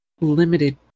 limited